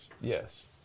yes